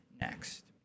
next